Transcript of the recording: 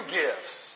gifts